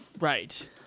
Right